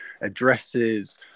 addresses